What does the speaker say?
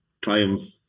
Triumph